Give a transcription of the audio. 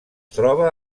troba